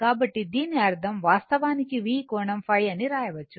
కాబట్టి దీని అర్థం వాస్తవానికి V కోణం ϕ అని వ్రాయవచ్చు